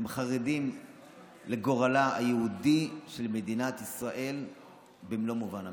חרדות לגורלה היהודי של מדינת ישראל במלוא מובן המילה.